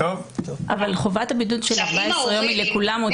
אבל חובת הבידוד של 14 יום היא לכולם,